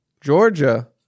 Georgia